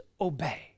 obey